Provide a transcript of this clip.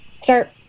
start